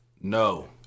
No